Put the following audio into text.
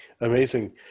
Amazing